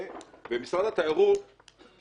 אתה